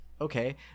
Okay